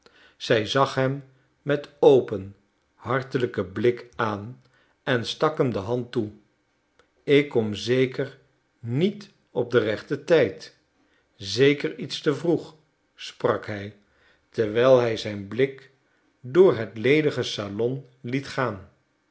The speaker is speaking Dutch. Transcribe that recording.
zij zag hem met open hartelijken blik aan en stak hem de hand toe ik kom zeker niet op den rechten tijd zeker iets te vroeg sprak hij terwijl hij zijn blik door het ledige salon liet gaan